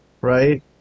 right